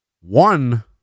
one